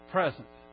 Present